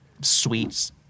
sweets